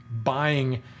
buying